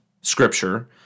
Scripture